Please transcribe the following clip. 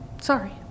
Sorry